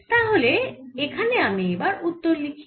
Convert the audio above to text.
তাহলে এখানে আমি এবার উত্তর লিখি